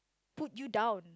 put you down